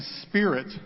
spirit